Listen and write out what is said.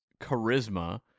charisma